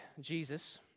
Jesus